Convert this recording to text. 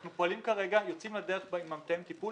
אנחנו יוצאים לדרך עם מתאם הטיפול